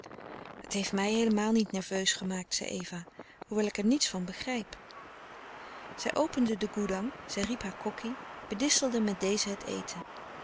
het heeft mij heelemaal niet nerveus gemaakt zei eva hoewel ik er niets van begrijp zij opende de goedang zij riep hare kokkie bedisselde met deze het eten